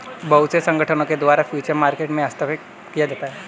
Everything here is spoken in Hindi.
बहुत से संगठनों के द्वारा फ्यूचर मार्केट में हस्तक्षेप किया जाता है